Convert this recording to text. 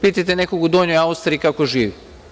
Pitajte nekoga u Donjoj Austriji kako živi?